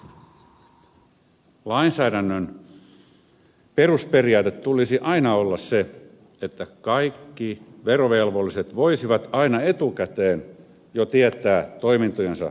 lainsäädännön perusperiaate tulisi aina olla se että kaikki verovelvolliset voisivat aina etukäteen jo tietää toimintojensa seuraamukset